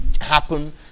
happen